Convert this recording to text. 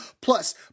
Plus